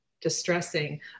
distressing